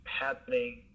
happening